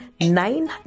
nine